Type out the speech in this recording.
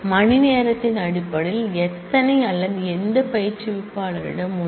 மணிநேரத்தின் அடிப்படையில் எத்தனை அல்லது எந்த இன்ஸ்டிரக்டரிடம் உள்ளது